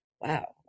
wow